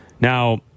now